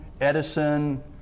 Edison